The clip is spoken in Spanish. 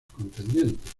contendientes